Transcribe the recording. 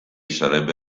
sarebbe